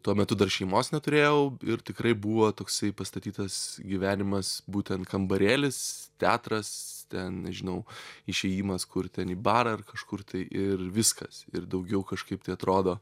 tuo metu dar šeimos neturėjau ir tikrai buvo toksai pastatytas gyvenimas būtent kambarėlis teatras ten nežinau išėjimas kur ten į barą ar kažkur tai ir viskas ir daugiau kažkaip tai atrodo